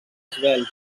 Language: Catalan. esvelt